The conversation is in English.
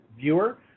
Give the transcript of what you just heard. viewer